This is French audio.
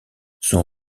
son